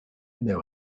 that